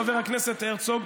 חבר הכנסת הרצוג,